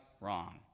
wrong